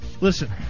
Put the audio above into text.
Listen